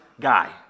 guy